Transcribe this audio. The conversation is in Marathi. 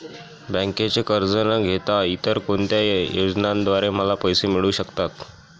बँकेचे कर्ज न घेता इतर कोणत्या योजनांद्वारे मला पैसे मिळू शकतात?